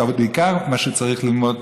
בעיקר מה שצריך ללמוד,